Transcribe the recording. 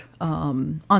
on